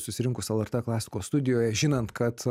susirinkus lrt klasikos studijoje žinant kad